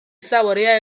saboreaba